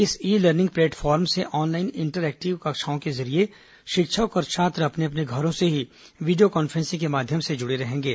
इस e learning platform से online interactive कक्षाओं के जरिये शिक्षक और छात्र अपने अपने घरों से ही वीडियो कॉन्फ्रेंसिंग के माध्यम से जुड़े रहेंगे